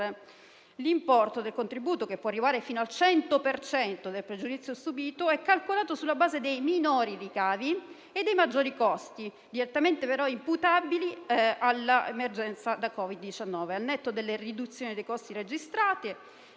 L'importo del contributo, che può arrivare fino al 100 per cento del pregiudizio subito, è calcolato sulla base dei minori ricavi e dei maggiori costi direttamente imputabili all'emergenza Covid-19, al netto delle riduzioni dei costi registrate